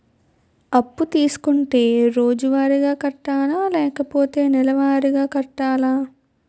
అప్పు తీసుకుంటే రోజువారిగా కట్టాలా? లేకపోతే నెలవారీగా కట్టాలా?